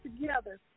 together